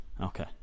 Okay